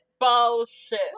bullshit